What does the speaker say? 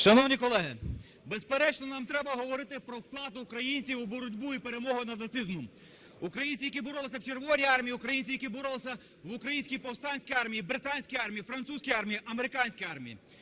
Шановні колеги! Безперечно, нам треба говорити про вклад українців у боротьбу і перемогу над нацизмом, українців, які боролися в Червоній армії, українців, які боролися в Українській повстанській армії, британській армії, французькій армії, американській армії.